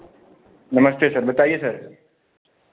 नमस्ते सर बताइये सर